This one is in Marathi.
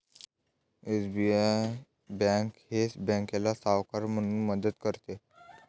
एस.बी.आय बँक येस बँकेला सावकार म्हणून मदत करते